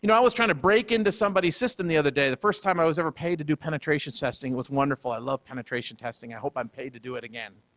you know i was trying to break in to somebody's system the other day the first time i was ever paid to do penetration testing was wonderful. i love penetration testing. i hope i'm paid to do it again.